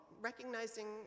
recognizing